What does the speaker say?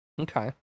Okay